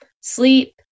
sleep